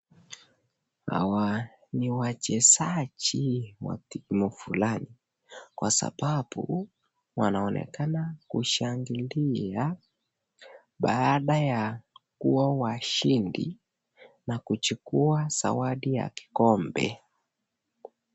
Hawa ni wachezaji wa timu fulani kwa sababu wanaonekana kushangilia baada ya kuwa washindi na kuchukua zawadi ya kikombe.